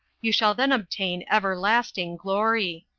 you shall then obtain everlasting glory.